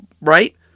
right